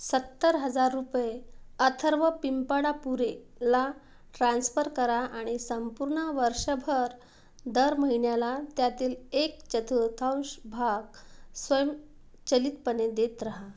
सत्तर हजार रुपये अथर्व पिंपळापुरे ला ट्रान्स्फर करा आणि संपूर्ण वर्षभर दर महिन्याला त्यातील एक चतुर्थांश भाग स्वयंचलितपणे देत राहा